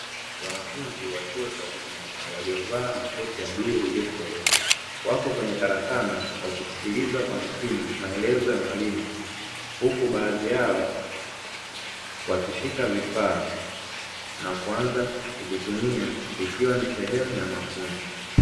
Wanafunzi wa chuo cha ufundi waliovaa makoti ya bluu iliyokolea, wako kwenye karakana wakisikiliza kwa makini maelezo ya mwalimu, huku baadhi yao wakishika vifaa na kuanza kuvitumia ikiwa ni sehemu ya mafunzo.